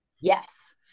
Yes